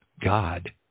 God